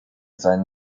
seinen